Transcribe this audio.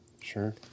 sure